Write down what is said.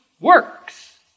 works